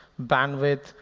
bandwidth,